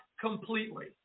completely